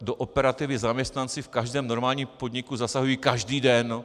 Do operativy zaměstnanci v každém normálním podniku zasahují každý den.